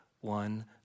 one